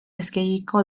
eskegiko